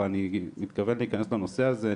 ואני מתכוון להיכנס לנושא הזה.